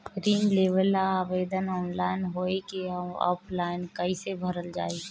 ऋण लेवेला आवेदन ऑनलाइन होई की ऑफलाइन कइसे भरल जाई?